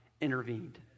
intervened